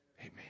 Amen